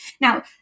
Now